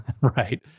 Right